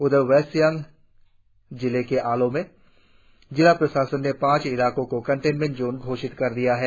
उधर वेस्ट सियांग के आलो में जिला प्रशासन ने पांच इलाको को कंटेनमेंट जोन घोषित कर दिया है